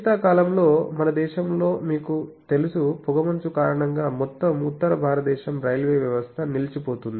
శీతాకాలంలో మన దేశంలో మీకు తెలుసు పొగమంచు కారణంగా మొత్తం ఉత్తర భారతదేశం రైల్వే వ్యవస్థ నిలిచిపోతుంది